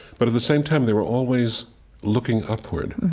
but at the same time, they were always looking upward.